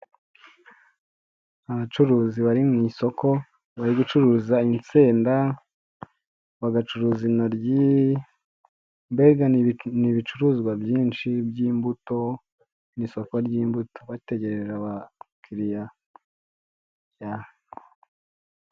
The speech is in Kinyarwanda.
Abacuruzi bari mu isoko bari gucuruza insenda, bagacuruza intoryi, mbega n'ibicuruzwa byinshi by'imbuto, ni isoko ry'imbuto bategereje abakiriya.